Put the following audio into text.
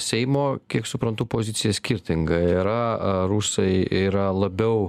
seimo kiek suprantu pozicija skirtinga yra rusai yra labiau